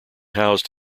housed